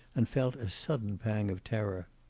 and felt a sudden pang of terror.